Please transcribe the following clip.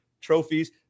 trophies